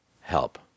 help